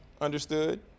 understood